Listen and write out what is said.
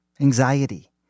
anxiety